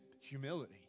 humility